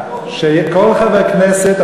שכל חבר כנסת,